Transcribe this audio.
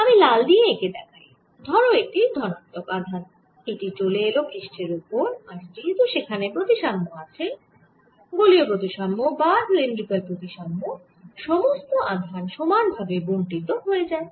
আমি লাল দিয়ে এঁকে দেখাই ধরো এটি ধনাত্মক আধান এটি চলে এলো পৃষ্ঠের ওপর আর যেহেতু সেখানে প্রতিসাম্য আছে গোলীয় প্রতিসাম্য বা সিলিন্ড্রিকাল প্রতিসাম্য সমস্ত আধান সমান ভাবে বন্টিত হয়ে যায়